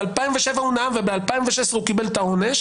ב-2007 הוא נאם וב-2016 הוא קיבל את העונש